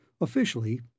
Officially